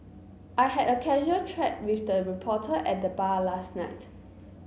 I had a casual chat with a reporter at the bar last night